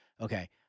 okay